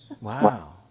Wow